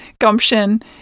gumption